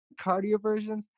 cardioversions